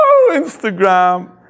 Instagram